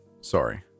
sorry